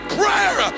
prayer